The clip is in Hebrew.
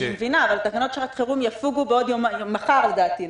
אני מבינה אבל תקנות שעת חירום יפוגו מחר לדעתי,